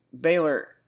Baylor